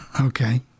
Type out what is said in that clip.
Okay